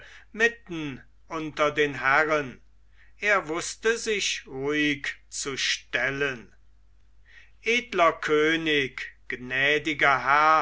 mitten unter den herren er wußte sich ruhig zu stellen edler könig gnädiger herr